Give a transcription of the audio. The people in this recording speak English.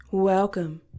Welcome